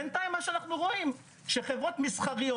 בינתיים מה שרואים שבחברות מסחריות